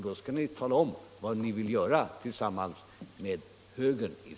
Då skall ni tala om vad ni vill göra tillsammans med högern i Sverige.